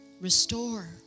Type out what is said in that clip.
restore